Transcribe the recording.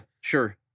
Sure